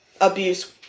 abuse